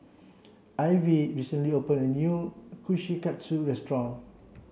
Ivey recently opened a new Kushikatsu restaurant